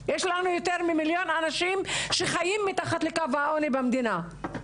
ממיליון אנשים שחיים מתחת לקו העוני במדינה.